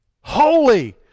Holy